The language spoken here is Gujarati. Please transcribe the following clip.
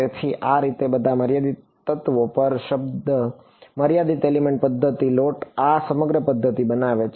તેથી આ રીતે ઘણા બધા મર્યાદિત તત્વો પર શબ્દ મર્યાદિત એલિમેન્ટ પદ્ધતિ લોટ આ સમગ્ર પદ્ધતિ બનાવે છે